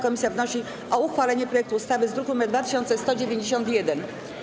Komisja wnosi o uchwalenie projektu ustawy z druku nr 2191.